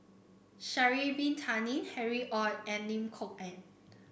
Sha'ari Bin Tadin Harry Ord and Lim Kok Ann